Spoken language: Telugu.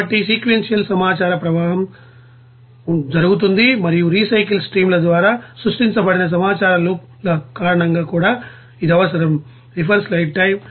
కాబట్టి సీక్వెన్షియల్ సమాచార ప్రవాహం జరుగుతుంది మరియు రీసైకిల్ స్ట్రీమ్ల ద్వారా సృష్టించబడిన సమాచార లూప్ల కారణంగా కూడా ఇది అవసరం